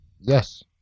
Yes